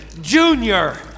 Junior